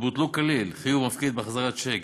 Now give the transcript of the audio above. בוטלו כליל חיוב מפקיד בהחזרת צ'ק,